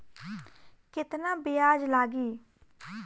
केतना ब्याज लागी?